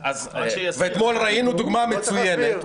ואתמול ראינו דוגמה מצוינת.